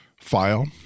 file